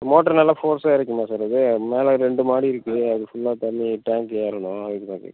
motor நல்லா ஃபோர்ஸ்ஸாகா இறைக்குமா சார் இது மேலே ரெண்டு மாடி இருக்குது அது ஃபுல்லாக தண்ணி டேங்க்கு ஏறணும் அதுக்குதான் கேக்கிறேன்